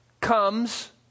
comes